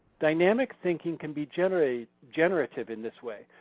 dynamic thinking can be generative generative in this way.